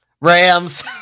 Rams